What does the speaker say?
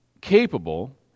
capable